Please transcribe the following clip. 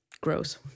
Gross